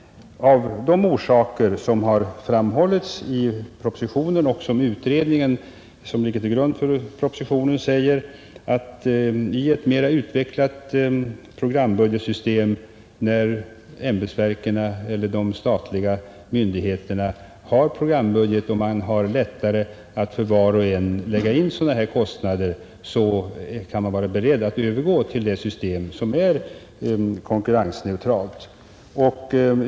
I propositionen och i den utredning som ligger till grund för propositionen framhålls att i ett mera utvecklat programbudgetsystem, när ämbetsverken eller de statliga myndigheterna har programbudget, så är det lättare att lägga in sådana här kostnader för varje särskilt statligt projekt. Då kan man tänka sig att övergå till ett system som är konkurrensneutralt.